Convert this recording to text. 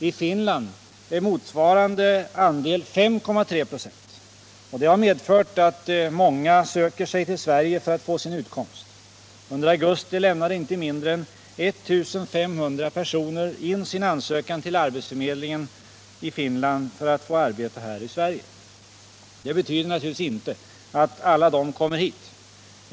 I Finland var motsvarande andel 5,3 26. Det har medfört att många söker sig till Sverige för att få sin utkomst. Under augusti lämnade inte mindre än 1 500 personer in sin ansökan till arbetsförmedlingen om att få arbete i Sverige. Det betyder naturligtvis inte att alla dessa kommer hit.